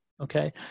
okay